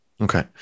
Okay